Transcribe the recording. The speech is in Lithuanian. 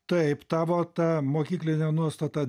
taip tavo ta mokyklinė nuostata